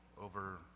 over